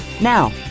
Now